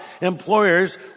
employers